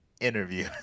Interview